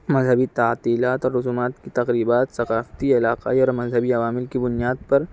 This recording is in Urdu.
مذہبی تعطیلات اور رسومات کی تقریبات ثقافتی علاقائی اور مذہبی عوامل کی بنیاد پر